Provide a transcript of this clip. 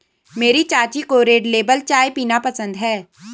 मेरी चाची को रेड लेबल चाय पीना पसंद है